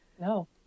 no